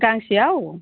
गांसेयाव